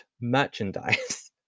merchandise